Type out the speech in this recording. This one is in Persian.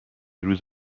روز